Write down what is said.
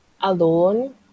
alone